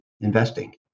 investing